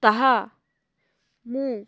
ତାହା ମୁଁ